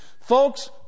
Folks